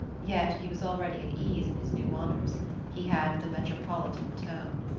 yet he was already at ease in his new honours he had the metropolitan tone.